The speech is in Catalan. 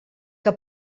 que